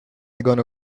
gonna